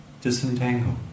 disentangle